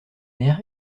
air